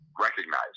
recognize